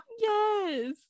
yes